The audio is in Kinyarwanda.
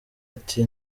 ati